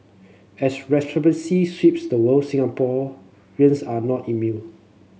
as sweeps the world Singapore are not immune